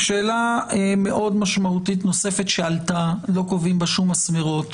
שאלה מאוד משמעותית נוספת שעלתה לא קובעים בה שום מסמרות